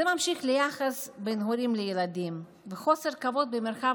זה ממשיך ליחס בין הורים לילדים וחוסר כבוד במרחב